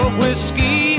whiskey